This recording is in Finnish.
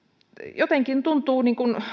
jotenkin tämä tuntuu